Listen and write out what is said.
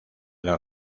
las